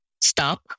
stop